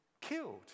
killed